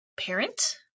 parent